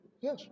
Yes